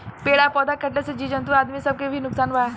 पेड़ आ पौधा कटला से जीव जंतु आ आदमी सब के भी नुकसान बा